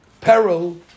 peril